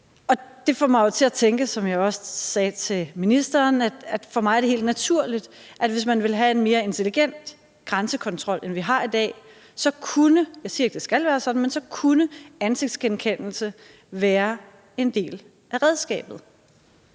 Det får mig til at tænke, som jeg jo også sagde til ministeren, at for mig er det helt naturligt, at hvis man vil have en mere intelligent grænsekontrol, end vi har i dag, kunne – jeg siger ikke, det skal være sådan – ansigtsgenkendelse være et af redskaberne.